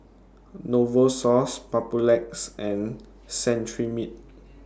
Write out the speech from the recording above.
Novosource Papulex and Cetrimide